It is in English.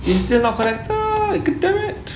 it's still not connected